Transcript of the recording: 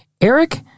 Eric